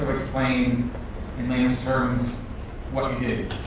explain in layman's terms what